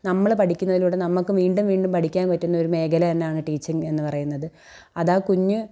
നമ്മൾ പഠിക്കുന്നതിലൂടെ നമുക്ക് വീണ്ടും വീണ്ടും പഠിക്കാൻ പറ്റുന്നൊരു മേഖല തന്നെയാണ് ടീച്ചിങ് എന്ന് പറയുന്നത് അതാ കുഞ്ഞ്